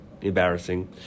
embarrassing